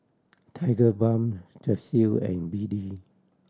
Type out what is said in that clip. Tigerbalm Strepsil and B D